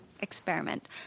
experiment